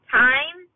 time